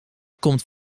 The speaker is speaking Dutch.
komt